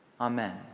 Amen